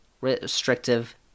restrictive